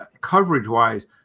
coverage-wise